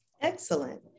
Excellent